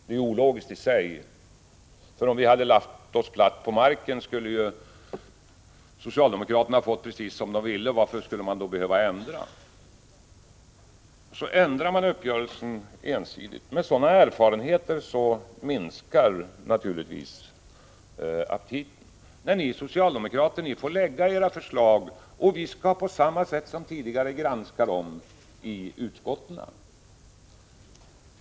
Detta är i och för sig ologiskt. Om vi hade lagt oss platt på marken skulle socialdemokraterna ha fått precis som de velat. Varför skulle de då behöva ändra? Men med sådana erfarenheter minskar naturligtvis aptiten. Ni socialdemokrater får lägga fram era förslag, och vi skall på samma sätt som tidigare granska dem i utskotten.